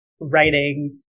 writing